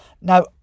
Now